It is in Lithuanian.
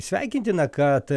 sveikintina kad